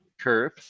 curve